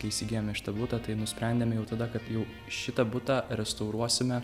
kai įsigijome šitą butą tai nusprendėme jau tada kad jau šitą butą restauruosime